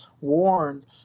warned